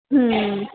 ਹੂੰ